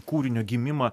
kūrinio gimimą